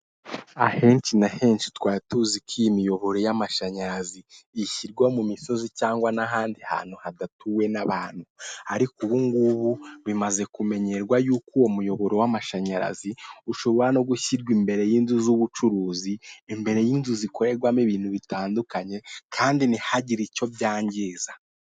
Ahenshi na henshi twari tuzi ko iyi miyoboro y'amashanyarazi ishyirwa mu misozi, cyangwa n'ahandi hantu hadatuwe n'abantu ariko ubungubu bimaze kumenyerwa yuko uwo muyoboro w'amashanyarazi ushobora no gushyirwa imbere y'inzu z'ubucuruzi, imbere y'inzu zikorerwamo ibintu bitandukanye kandi ntihagire icyo byangiza.